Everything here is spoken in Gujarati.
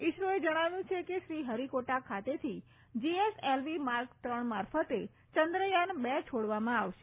ઇસરોએ જણાવ્યું કે શ્રી ફરિકોટા ખાતેથી જીએસએલવી માર્ક ત્રણ મારફતે ચંદ્રયાન બે છોડવામાં આવશે